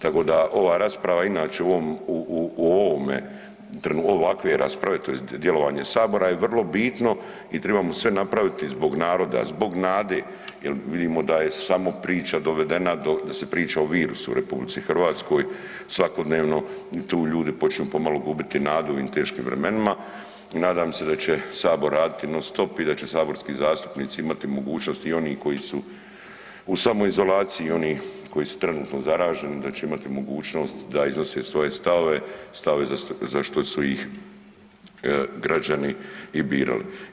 Tako da ova rasprava inače u ovom, ovakve rasprave tj. djelovanje sabora je vrlo bitno i tribamo sve napraviti zbog naroda, zbog nade jel vidimo da je samo priča dovedena da se priča o virusu u RH, svakodnevno i tu ljudi počinju pomalo gubiti nadu u ovim teškim vremenima i nadam se da će sabor raditi non stop i da će saborski zastupnici imati mogućnost i oni koji su u samoizolaciji i oni koji su trenutno zaraženi da će imati mogućnost da iznose svoje stavove, stavove za što su ih građani i birali.